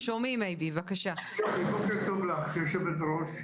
בוקר טוב לך, היושבת-ראש.